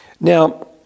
Now